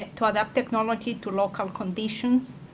to adapt technology to local conditions.